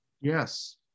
Yes